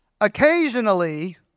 Occasionally